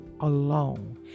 alone